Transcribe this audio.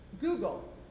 Google